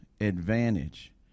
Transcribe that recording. advantage